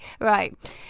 Right